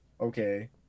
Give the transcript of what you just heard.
okay